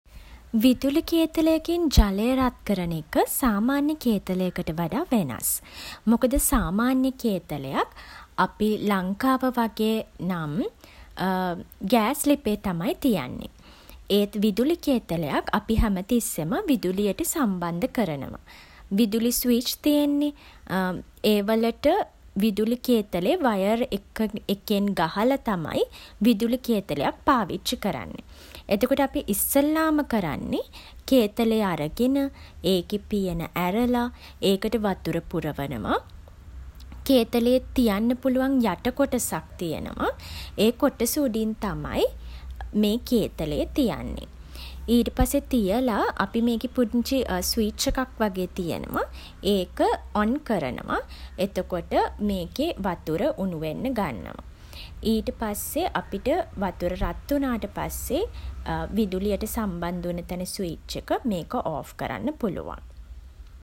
විදුලි කේතලයකින් ජලය රත් කරන එක සාමාන්‍ය කේතලයකට වඩා වෙනස්. මොකද සාමාන්‍ය කේතලයක් අපි ලංකාව වගේ නම් ගෑස් ලිපේ තමයි තියන්නේ. ඒත් විදුලි කේතලයක් අපි හැමතිස්සෙම විදුලියට සම්බන්ධ කරනවා. විදුලි ස්විච් තියෙන්නේ. ඒ වලට විදුලි කේතලේ වයර් එකෙන් ගහලා තමයි විදුලි කේතලයක් පාවිච්චි කරන්නේ. එතකොට අපි ඉස්සෙල්ලාම කරන්නේ කේතලේ අරගෙන, ඒකේ පියන ඇරලා, ඒකට වතුර පුරවනවා. කේතලේ තියෙන්න පුළුවන් යට කොටසක් තියෙනවා. ඒ කොටස උඩින් තමයි මේ කේතලේ තියන්නේ. ඊට පස්සේ තියලා, අපි මේකේ පුංචි ස්විච් එකක් වගේ තියෙනවා ඒක ඔන් කරනවා. එතකොට මේකේ වතුර උණු වෙන්න ගන්නවා. ඊට පස්සේ අපිට වතුර රත් වුණාට පස්සේ විදුලියට සම්බන්ධ වුණ තැන ස්විච් එක මේක ඕෆ් කරන්න පුළුවන්.